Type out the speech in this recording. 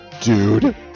dude